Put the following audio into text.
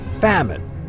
famine